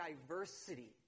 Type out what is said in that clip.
diversity